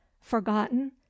forgotten